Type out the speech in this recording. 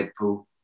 Deadpool